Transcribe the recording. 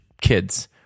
kids